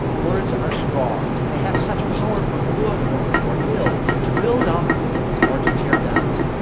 words are strong. they have such power for good or for ill, to build up or to tear down.